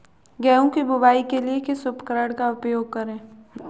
गेहूँ की बुवाई के लिए किस उपकरण का उपयोग करें?